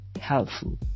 helpful